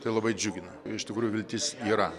tai labai džiugina ir iš tikrųjų viltis yra